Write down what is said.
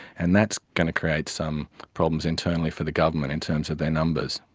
and that's going to create some problems internally for the government in terms of their numbers.